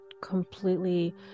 completely